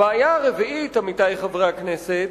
הבעיה הרביעית, עמיתי חברי הכנסת,